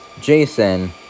Jason